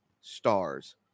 stars